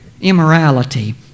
immorality